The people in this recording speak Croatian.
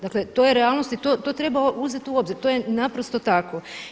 Dakle, to je realnost i to treba uzeti u obzir i to je naprosto tako.